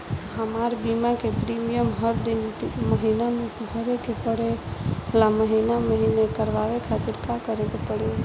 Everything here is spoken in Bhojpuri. हमार बीमा के प्रीमियम हर तीन महिना में भरे के पड़ेला महीने महीने करवाए खातिर का करे के पड़ी?